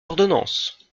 ordonnances